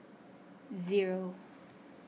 zero